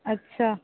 अच्छा